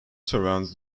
surrounds